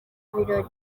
ibirori